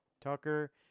Tucker